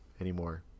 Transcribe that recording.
anymore